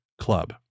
club